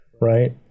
right